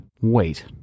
Wait